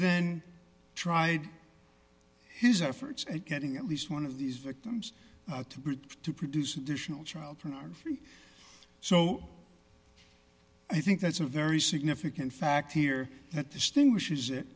then tried his efforts at getting at least one of these victims to produce additional child pornography so i think that's a very significant fact here that distinguishes it